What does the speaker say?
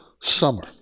summer